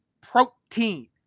protein